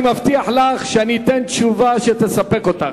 אני מבטיח לך שאני אתן תשובה שתספק אותך.